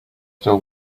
still